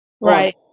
Right